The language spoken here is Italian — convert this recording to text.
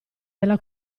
della